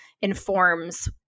Informs